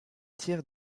tiers